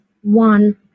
one